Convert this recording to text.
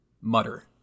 mutter